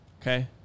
okay